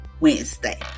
Wednesday